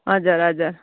हजुर हजुर